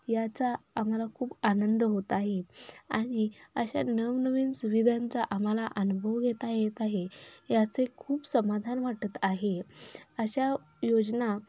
याचा आम्हाला खूप आनंद होत आहे आणि अशा नवनवीन सुविधांचा आम्हाला अनुभव घेता येत आहे याचे खूप समाधान वाटत आहे अशा योजना